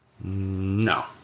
No